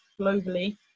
globally